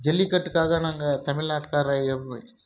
ஜல்லிக்கட்டுக்காக நாங்கள் தமிழ்நாட்டுகாரர் எவ்